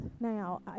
now